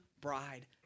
bride